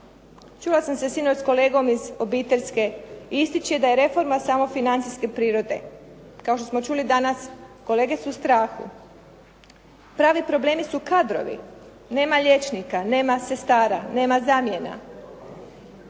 Čula sam se sinoć s kolegom iz obiteljske, ističe da je reforma samo financijske prirode, kao što smo čuli danas, kolege su u strahu. Pravi problemi su kadrovi. Nema liječnika, nema sestara, nema zamjena.